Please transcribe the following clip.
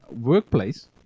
Workplace